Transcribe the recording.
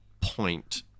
point